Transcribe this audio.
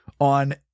on